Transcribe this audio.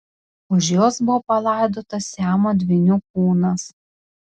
už jos buvo palaidotas siamo dvynių kūnas